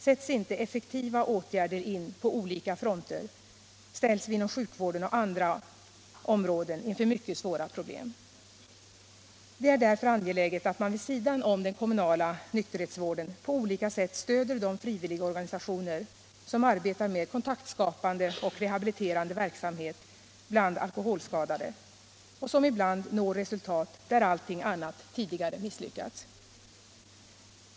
Sätts inte effektiva åtgärder in på olika fronter, ställs vi inom sjukvården och andra områden inför mycket svåra Det är därför angeläget att man vid sidan om den kommunala nykterhetsvården på olika sätt stöder de frivilligorganisationer som arbetar med kontaktskapande och rehabiliterande verksamhet bland alkoholskadade — och som ibland når resultat där allting annat tidigare misslyckats!